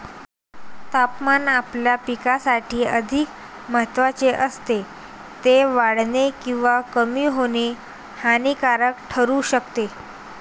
तापमान आपल्या पिकासाठी अधिक महत्त्वाचे असते, ते वाढणे किंवा कमी होणे हानिकारक ठरू शकते